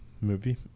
movie